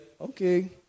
okay